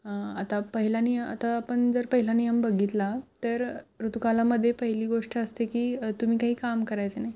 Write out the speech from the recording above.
आता पहिला नि आता आपण जर पहिला नियम बघितला तर ऋतुकालामध्ये पहिली गोष्ट असते की तुम्ही काही काम करायचं नाही